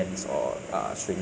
so how about you zhe rei